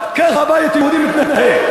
ככה הבית היהודי מתנהג.